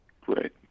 great